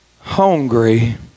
hungry